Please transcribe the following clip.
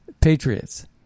patriots